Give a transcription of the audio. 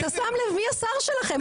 אתה שם לב מי השר שלכם,